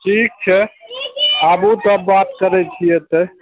ठीक छै आबू तब बात करय छियै एतहि